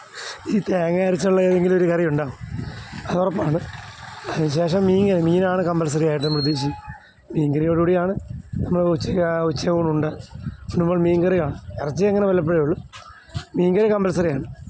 ഈ തേങ്ങയരച്ചുള്ള ഏതെങ്കിലും ഒരു കറിയുണ്ടാവും അതുറപ്പാണ് അതിന് ശേഷം മീൻകറി മീനാണ് കമ്പല്സറിയായിട്ടും പ്രത്യേകിച്ച് മീന്കറിയോടു കൂടിയാണ് നമ്മൾ ഉച്ചയ്ക്ക് ആ ഉച്ചയൂൺ ഉണ്ട് ഉണ്ണുമ്പോള് മീന്കറി കാണും ഇറച്ചി അങ്ങനെ വല്ലപ്പോഴെ ഒള്ളു മീന്കറി കമ്പല്സറിയാണ്